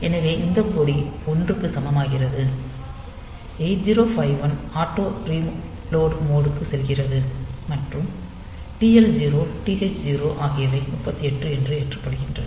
எனவே இந்த கொடி 1 க்கு சமமாகிறது 8051 ஆட்டோ ரீலோட் மோட் க்கு செல்கிறது மற்றும் TL0 TH0 ஆகியவை 38 என்று ஏற்றப்படுகின்றன